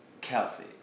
Kelsey